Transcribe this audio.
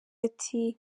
ati